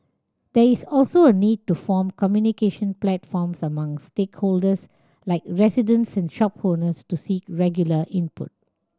there is also a need to form communication platforms among stakeholders like residents and shop owners to seek regular input